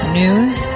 news